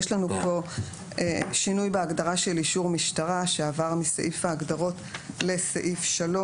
יש לנו פה שינוי בהגדרה של אישור משטרה שעבר מסעיף ההגדרות לסעיף 3,